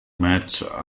match